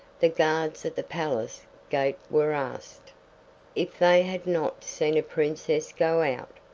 the guards at the palace gate were asked if they had not seen a princess go out.